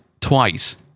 twice